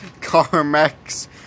Carmex